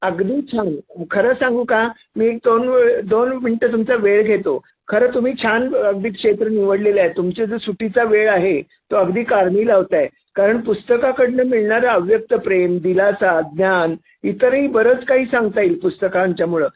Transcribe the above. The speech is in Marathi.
अगदी छान खरं सांगू का मी दोन वे दोन मिनटं तुमचा वेळ घेतो खरं तुम्ही छान अगदी क्षेत्र निवडलेलं आहे तुमच्या जो सुटीचा वेळ आहे तो अगदी कारणी लावता आहे कारण पुस्तकाकडनं मिळणारं अव्यक्त प्रेम दिलासा ज्ञान इतरही बरंच काही सांगता येईल पुस्तकांच्यामुळं